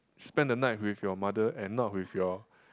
spend the night with your mother and not with your